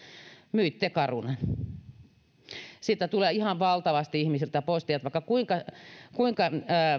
myitte carunan siitä tulee ihan valtavasti ihmisiltä postia että vaikka kuinka kuinka